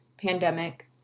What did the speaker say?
pandemic